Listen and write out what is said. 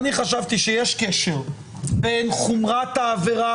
אני חשבתי שיש קשר בין חומרת העבירה